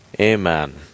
Amen